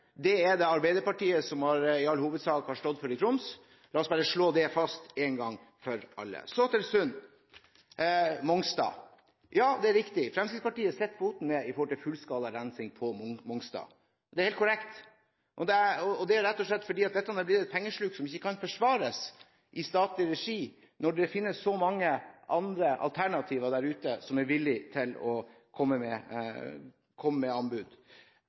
det er det Arbeiderpartiet som i all hovedsak har stått for i Troms. La oss bare slå det fast én gang for alle. Så til Sund: Ja, det er riktig at Fremskrittspartiet setter foten ned for fullskala rensing på Mongstad. Det er helt korrekt, og det er rett og slett fordi dette blir et pengesluk i statlig regi som ikke kan forsvares når det finnes så mange andre alternativer der ute som er villig til å komme med anbud.